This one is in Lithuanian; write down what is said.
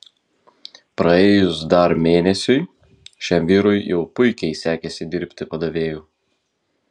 praėjus dar mėnesiui šiam vyrui jau puikiai sekėsi dirbti padavėju